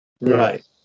Right